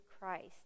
Christ